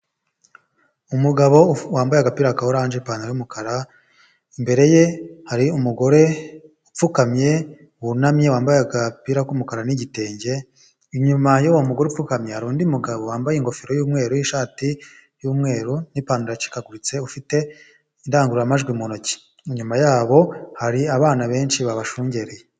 Umugabo wambaye agapira ka oranje n'ipantaro y'umukara, imbere ye hari umugore upfukamye wunamye wambaye agapira k'umukara n'igitenge, inyuma y'uwo mugore upfukamye hari undi mugabo wambaye ingofero y'umweru ishati y'umweru n'ipantaro yacikaguritse ufite indangurumajwi mu ntoki, inyuma yabo hari abana benshi babashungereye.